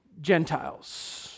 Gentiles